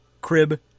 crib